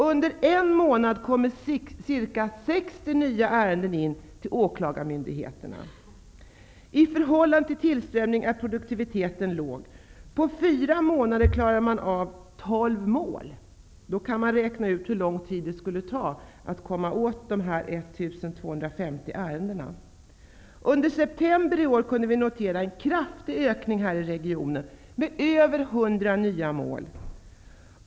Under en månad kommer ca I förhållande till tillströmningen är produktiviteten låg. På fyra månader klarar man av 12 mål. Då kan man räkna ut hur lång tid det skulle ta att komma åt dessa 1 250 ärenden. Under september i år kunde man notera en kraftig ökning här i regionen med över 100 nya mål.